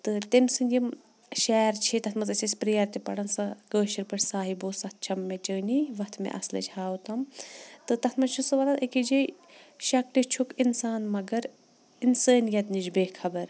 تہٕ تیٚمۍ سٕنٛدۍ یِم شعر چھِ تَتھ منٛز ٲسۍ أسۍ پرٛیر تہِ پَران سۄ کٲشِر پٲٹھۍ صاحبو سَتھ چھَم مےٚ چٲنی وَتھ مےٚ اَصلٕچ ہاوتَم تہٕ تَتھ منٛز سُہ وَنان أکِس جایہِ شَکلہِ چھُکھ اِنسان مگر اِنسٲنیت نِش بے خبر